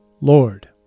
lord